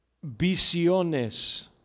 visiones